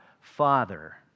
Father